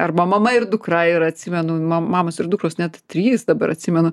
arba mama ir dukra ir atsimenu mamos ir dukros net trys dabar atsimenu